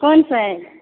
कोन साइड